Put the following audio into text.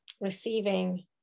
receiving